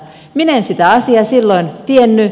minä en sitä asiaa silloin tiennyt